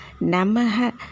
Namaha